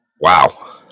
wow